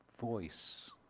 voice